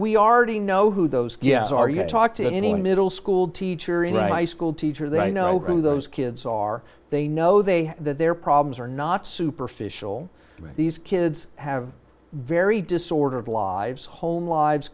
we already know who those gifts are you talk to any middle school teacher in high school teacher that i know who those kids are they know they that their problems are not superficial but these kids have very disordered lives home lives